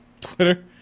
Twitter